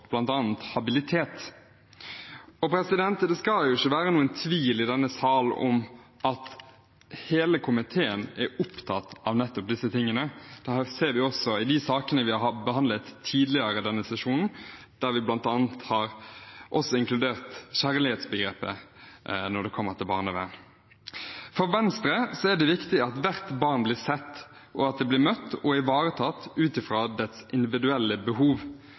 habilitet. Det skal ikke være noen tvil i denne sal om at hele komiteen er opptatt av nettopp disse tingene. Det ser vi også i de sakene vi har behandlet tidligere i denne sesjonen, der vi bl.a. har inkludert kjærlighetsbegrepet knyttet til barnevern. For Venstre er det viktig at hvert barn blir sett, og at det blir møtt og ivaretatt ut fra dets individuelle behov.